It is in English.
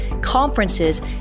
conferences